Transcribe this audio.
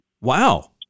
Wow